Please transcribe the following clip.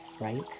right